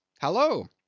Hello